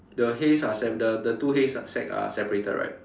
the hays are sa~ the the two hays uh sack are separated right